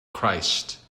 christ